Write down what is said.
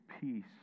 peace